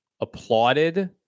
applauded